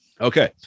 Okay